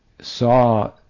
saw